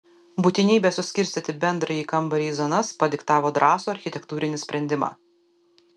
būtinybė suskirstyti bendrąjį kambarį į zonas padiktavo drąsų architektūrinį sprendimą